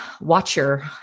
watcher